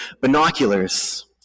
binoculars